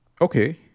okay